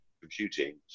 Computing